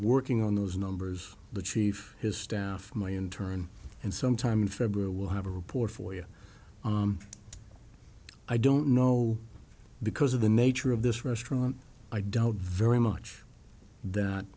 working on those numbers the chief his staff my inturn and sometime in february we'll have a report for you i don't know because of the nature of this restaurant i doubt very much that